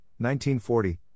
1940